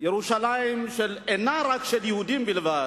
ירושלים שאינה רק של יהודים בלבד,